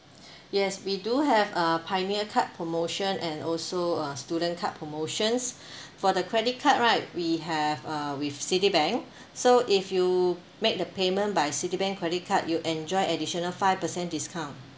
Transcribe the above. yes we do have a pioneer card promotion and also uh student card promotions for the credit card right we have uh with Citibank so if you make the payment by Citibank credit card you enjoy additional five percent discount